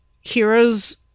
heroes